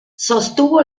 sostuvo